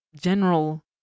general